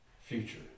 future